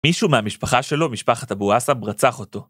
מישהו מהמשפחה שלו, משפחת אבו עסב, רצח אותו.